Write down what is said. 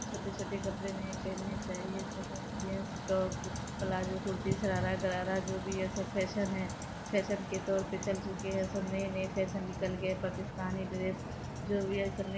چھوٹے چھوٹے کپڑے نہیں پہننے چاہیے جنس ٹاپ پلاجو کرتی شرارہ گرارہ جو بھی یہ سب فیشن ہے فیشن کے طور پہ چل چکے ہیں سب نئے نئے فیسن نکل گئے پاکستانی ڈریس جو بھی ہے سب